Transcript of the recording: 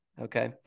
okay